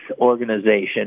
organization